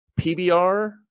PBR